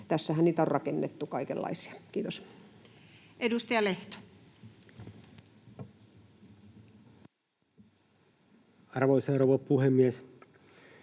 Tässähän niitä on rakennettu kaikenlaisia. — Kiitos. Edustaja Lehto. Arvoisa rouva puhemies!